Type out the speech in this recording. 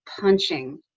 punching